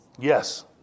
Yes